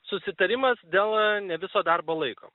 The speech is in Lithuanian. susitarimas dėl ne viso darbo laiko